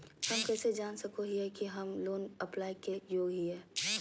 हम कइसे जान सको हियै कि हम लोन अप्लाई के योग्य हियै?